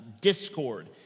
discord